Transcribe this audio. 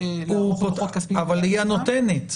אבל היא הנותנת.